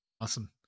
Awesome